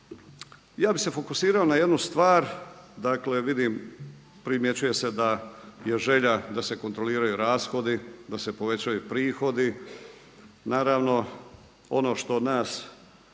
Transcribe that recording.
Ja bih se fokusirao na jednu stvar, dakle vidim, primjećuje se da je želja da se kontroliraju rashodi, da se povećaju prihodi. Naravno ono što nas